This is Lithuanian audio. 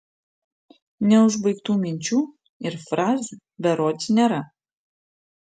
neužbaigtų minčių ir frazių berods nėra